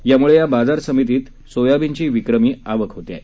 त्यामुळे या बाजार समिती मध्ये सोयाबीनची विक्रमी आवक होत आहे